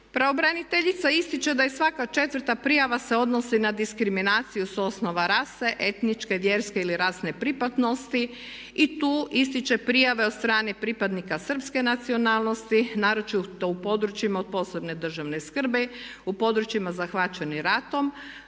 Pravobraniteljica ističe da je svaka četvrta prijava se odnosi na diskriminaciju sa osnova rase, etničke, vjerske ili rasne pripadnosti i tu ističe prijave od strane pripadnika srpske nacionalnosti naročito u područjima od posebne državne skrbi, u područjima zahvaćeni ratom,